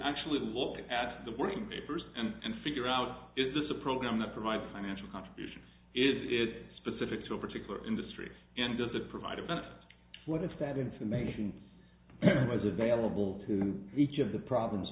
actually look at the working papers and figure out is this a program that provides financial contributions it is specific to a particular industry and does it provide a benefit what if that information was available to each of the problems